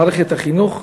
מערכת החינוך,